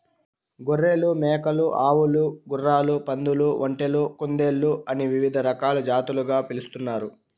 గొర్రెలు, మేకలు, ఆవులు, గుర్రాలు, పందులు, ఒంటెలు, కుందేళ్ళు అని వివిధ రకాల జాతులుగా పిలుస్తున్నారు